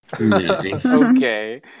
Okay